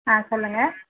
ஆ சொல்லுங்கள்